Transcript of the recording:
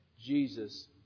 Jesus